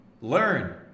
Learn